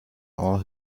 all